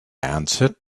answered